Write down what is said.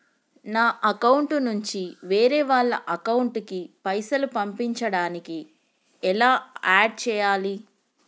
నా అకౌంట్ నుంచి వేరే వాళ్ల అకౌంట్ కి పైసలు పంపించడానికి ఎలా ఆడ్ చేయాలి?